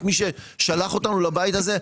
את מי ששלח אותנו לבית הזה.